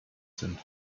sind